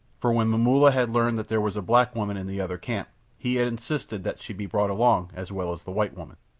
for when momulla had learned that there was a black woman in the other camp he had insisted that she be brought along as well as the white woman.